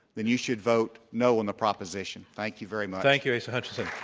then you should vote no on the proposition. thank you very much. thank you, asa hutchinson.